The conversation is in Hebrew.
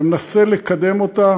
ומנסה לקדם אותה